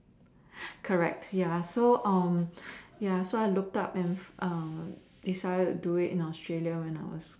correct ya so ya so I looked up and decided to do it in Australia when I was